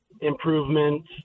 improvements